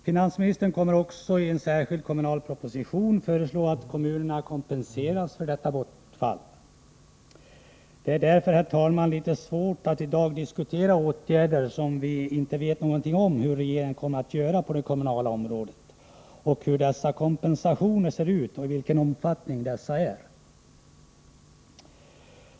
Finansministern kommer också i en särskild kommunal proposition att föreslå att kommunerna kompenseras för detta bortfall. Det är mot den bakgrunden, herr talman, litet svårt att i dag diskutera dessa åtgärder, eftersom vi inte vet nägonting om hur regeringen kommer att göra på det kommunala området, hur dessa kompensationer kommer att se ut eller vilken omfattning de kommer att få.